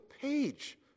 page